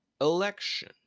election